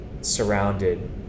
surrounded